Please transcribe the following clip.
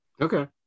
Okay